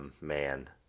Man